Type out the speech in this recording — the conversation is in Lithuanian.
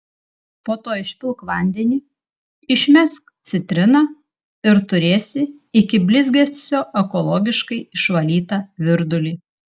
po to išpilk vandenį išmesk citriną ir turėsi iki blizgesio ekologiškai išvalytą virdulį